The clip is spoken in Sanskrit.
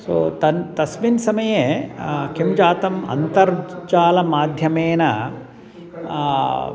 सो तन् तस्मिन् समये किं जातम् अन्तर्जालमाध्यमेन